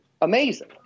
Amazing